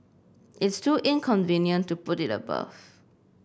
it's too inconvenient to put it above